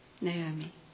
Naomi